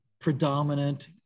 predominant